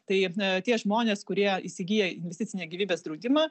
tai tie žmonės kurie įsigyja investicinį gyvybės draudimą